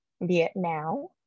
Vietnam